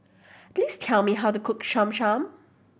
please tell me how to cook Cham Cham